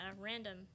random